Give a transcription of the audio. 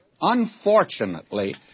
Unfortunately